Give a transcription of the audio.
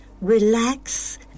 relax